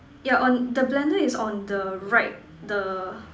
yeah on the blender is on the right the